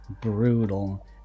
brutal